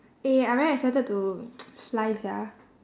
eh I very excited to fly sia